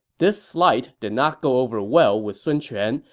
this slight did not go over well with sun quan,